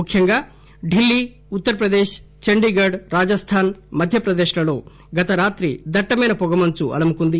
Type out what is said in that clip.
ముఖ్యంగా ఢిల్లీ ఉత్తరప్రదేశ్ చంఢీగఢ్ రాజస్థాన్ మధ్యప్రదేశ్ లలో గతరాత్రి దట్టమైన పొగమంచు అలుముకుంది